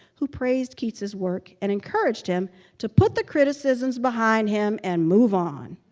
who praised keats's work and encouraged him to put the criticisms behind him and move on.